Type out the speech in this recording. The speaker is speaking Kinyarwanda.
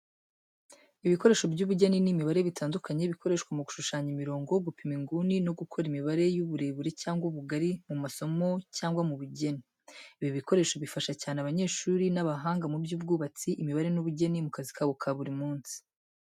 Ibikoresho by’ubugeni n’imibare bitandukanye bikoreshwa mu gushushanya imirongo, gupima inguni no gukora imibare y’uburebure cyangwa ubugari mu masomo cyangwa mu bugeni. Ibi bikoresho bifasha cyane abanyeshuri n’abahanga mu by’ubwubatsi, imibare n’ubugeni mu kazi kabo ka buri munsi.